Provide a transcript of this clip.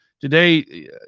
today